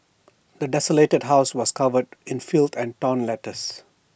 the desolated house was covered in filth and torn letters